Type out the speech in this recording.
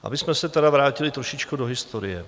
Abychom se tedy vrátili trošičku do historie.